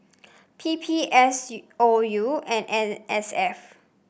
P P S U O U and N S F